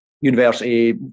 university